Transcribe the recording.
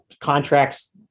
contracts